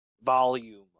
volume